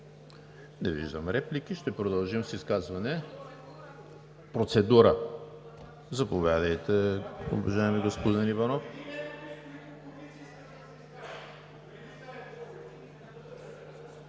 Не виждам. Ще продължим с изказване. Процедура. Заповядайте, уважаеми господин Иванов.